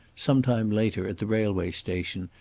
some time later, at the railway station,